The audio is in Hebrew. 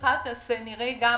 כאן רואים גם